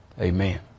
amen